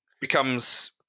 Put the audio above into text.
becomes